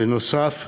בנוסף,